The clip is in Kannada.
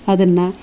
ಅದನ್ನು